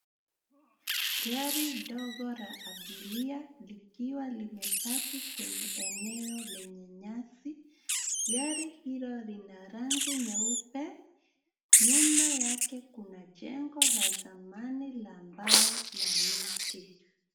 Gari ndogo la abiria likiwa limepaki kwenye eneo lenye nyasi. Gari hilo lina rangi nyeupe. Nyuma yake kuna jengo la zamani la mbao na miti.